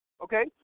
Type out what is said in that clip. okay